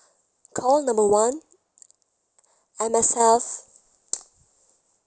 call number one M_S_F